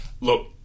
look